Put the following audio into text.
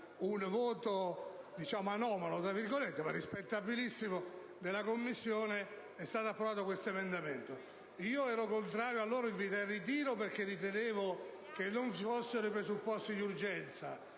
un voto "anomalo" ma rispettabilissimo nella Commissione è stato approvato questo emendamento. Io ero contrario ed allora invitai al ritiro, perché ritenevo non vi fossero i presupposti di urgenza.